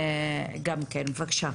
בבקשה.